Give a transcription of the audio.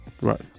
right